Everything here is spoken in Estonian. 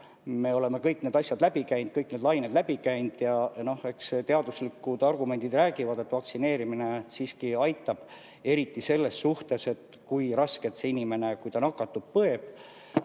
Me oleme kõik need asjad läbi käinud, kõik need lained läbi käinud. Teaduslikud argumendid räägivad, et vaktsineerimine siiski aitab, eriti selles suhtes, kui raskelt inimene nakatumise